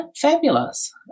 fabulous